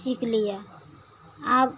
सीख लिए अब